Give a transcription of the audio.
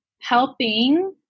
helping